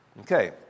Okay